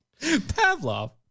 Pavlov